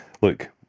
look